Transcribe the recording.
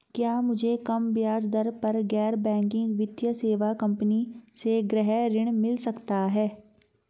क्या मुझे कम ब्याज दर पर गैर बैंकिंग वित्तीय सेवा कंपनी से गृह ऋण मिल सकता है?